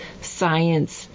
science